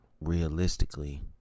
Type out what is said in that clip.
realistically